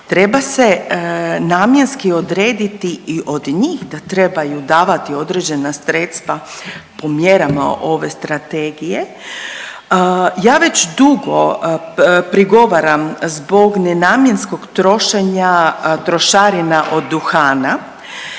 Treba se namjenski odrediti i od njih da trebaju davati određena sredstva po mjerama ove strategije. Ja već dugo prigovaram zbog nenamjenskog trošenja trošarina od duhana.